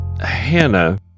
Hannah